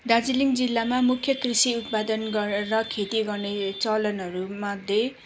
दार्जिलिङ जिल्लामा मुख्य कृषि उत्पादन गरेर खेती गर्ने चलनहरू मध्ये